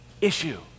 issue